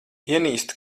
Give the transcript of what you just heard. ienīstu